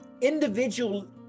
individual